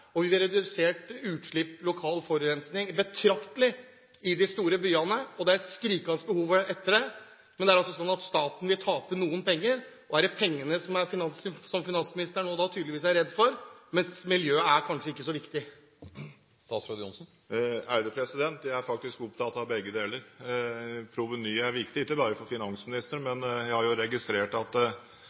dette og få redusert utslipp og lokal forurensning betraktelig i de store byene. Det er et skrikende behov for det. Men det er altså slik at staten vil tape noen penger. Er det pengene finansministeren nå – tydeligvis – er redd for, mens miljøet kanskje ikke er så viktig? Jeg er faktisk opptatt av begge deler. Provenyet er viktig, ikke bare for finansministeren – jeg har registrert at